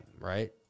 right